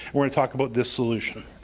we're gonna talk about this solution.